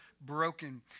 broken